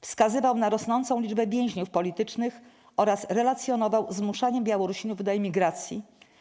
Wskazywał na rosnącą liczbę więźniów politycznych oraz relacjonował zmuszanie Białorusinów do emigracji.